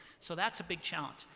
so that's a big challenge.